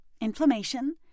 inflammation